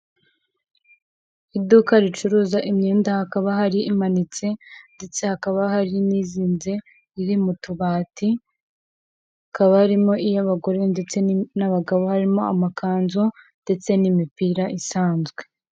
Iduka ricuruza imyenda, hakaba hari imanitse ndetse hakaba hari n'izinze ri mu tubati, hakaba harimo iy'abagore ndetse n'abagabo, harimo amakanzu ndetse n'imipira isanzwe.